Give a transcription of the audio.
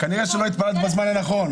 כנראה שלא התפללת בזמן הנכון.